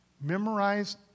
Memorize